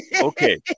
okay